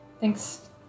thanks